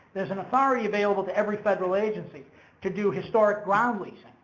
there's an authority available to every federal agency to do historic ground leases.